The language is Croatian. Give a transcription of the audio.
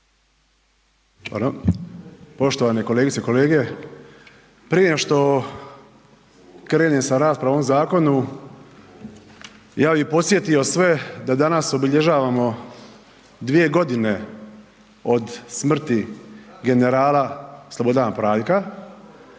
Poštovane kolegice i kolege. Prije nego što krenem sa raspravom o ovom zakonu, ja bih podsjetio sve da danas obilježavamo 2 godine od smrti generala Slobodana Praljka,